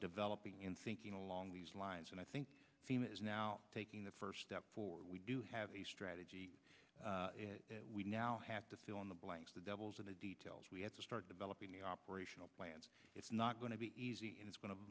developing in thinking along these lines and i think team is now taking the first step for we do have a strategy we now have to fill in the blanks the devil's in the details we have to start developing operational plans it's not going to be easy and it's going to